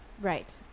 Right